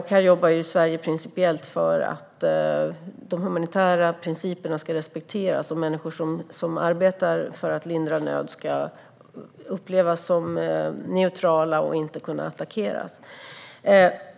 Här jobbar Sverige principiellt för att de humanitära principerna ska respekteras och människor som arbetar för att lindra nöd ska upplevas som neutrala och inte kunna attackeras.